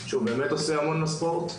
שהוא באמת עושה המון למען הספורט.